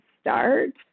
start